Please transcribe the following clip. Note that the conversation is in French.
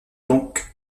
donc